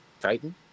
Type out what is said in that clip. titan